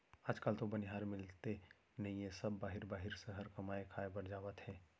आज काल तो बनिहार मिलते नइए सब बाहिर बाहिर सहर कमाए खाए बर जावत हें